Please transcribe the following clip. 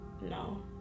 no